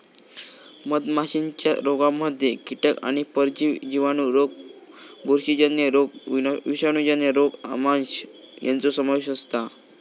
मधमाशीच्या रोगांमध्ये कीटक आणि परजीवी जिवाणू रोग बुरशीजन्य रोग विषाणूजन्य रोग आमांश यांचो समावेश असता